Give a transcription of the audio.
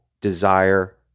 desire